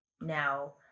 Now